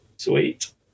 Sweet